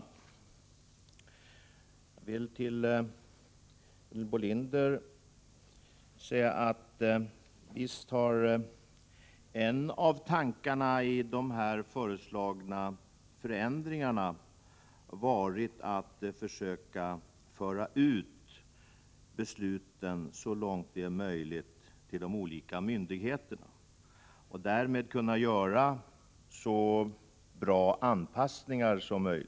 Jag vill till Gunhild Bolander säga att visst har en av tankarna med de föreslagna förändringarna varit att försöka föra ut besluten så långt det är möjligt till de olika myndigheterna för att därmed kunna göra så bra anpassningar som möjligt.